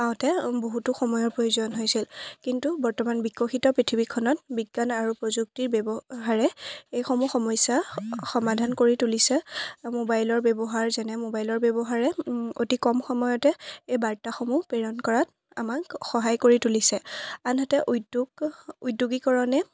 পাওঁতে বহুতো সময়ৰ প্ৰয়োজন হৈছিল কিন্তু বৰ্তমান বিকশিত পৃথিৱীখনত বিজ্ঞান আৰু প্ৰযুক্তিৰ ব্যৱহাৰে এইসমূহ সমস্যা সমাধান কৰি তুলিছে মোবাইলৰ ব্যৱহাৰ যেনে মোবাইলৰ ব্যৱহাৰে অতি কম সময়তে এই বাৰ্তাসমূহ প্ৰেৰণ কৰাত আমাক সহায় কৰি তুলিছে আনহাতে উদ্যোগ উদ্যোগীকৰণে